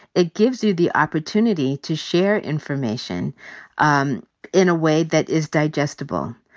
it gives you the opportunity to share information um in a way that is digestible.